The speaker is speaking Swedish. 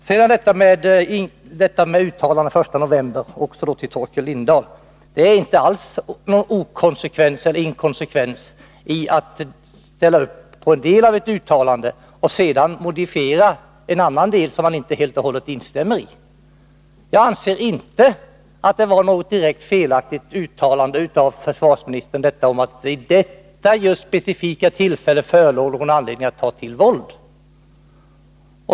Sedan, Torkel Lindahl, till uttalandet den 1 november. Det är inte alls någon inkonsekvens i att ställa upp på en del av ett uttalande och modifiera en annan del, som man inte helt och hållet instämmer i. Jag anser inte att det var något direkt felaktigt uttalande av försvarsministern att det vid detta speciella tillfälle inte förelåg någon anledning att ta till våld.